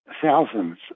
thousands